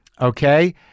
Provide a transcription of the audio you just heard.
okay